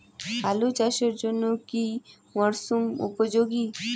আলু চাষের জন্য কি মরসুম উপযোগী?